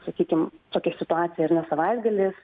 sakykim tokia situacija ar ne savaitgalis